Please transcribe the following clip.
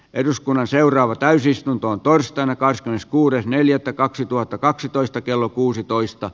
eduskunnan seuraava täysistuntoon torstaina kahdeskymmeneskuudes neljättä kaksituhattakaksitoista kello kuusitoista